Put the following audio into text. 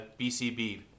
BCB